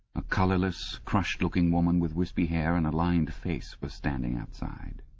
a colourless, crushed-looking woman, with wispy hair and a lined face, was standing outside.